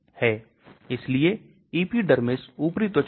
यह influenza virus के Neuraminidase को प्रभावित करता है